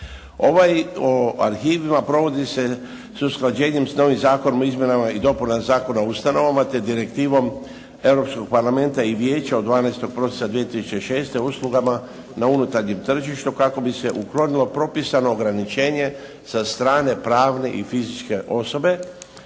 Ovaj o arhivima provodi se s usklađenjem s novim zakonom o izmjenama i dopunama Zakona o ustanovama, te direktivom Europskog parlamenta i Vijeća od 12. prosinca 2006., uslugama na unutarnjem tržištu kako bi se uklonilo propisano ograničenje sa strane pravne i fizičke osobe